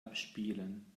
abspielen